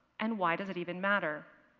and why does it even matter?